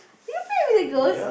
you play with the girls